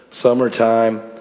summertime